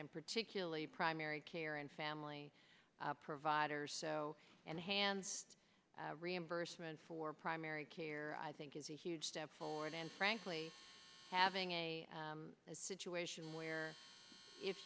and particularly primary care and family providers so and hands reimbursement for primary care i think is a huge step forward and frankly having a situation where if